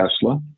Tesla